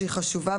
שהיא חשובה.